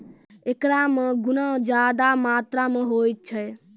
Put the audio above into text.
एकरा मे गुना ज्यादा मात्रा मे होय छै